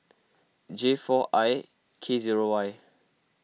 J four I K zero Y